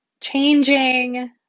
changing